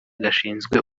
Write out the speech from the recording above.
gashinzwe